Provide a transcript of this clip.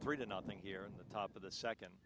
three to nothing here in the top of the second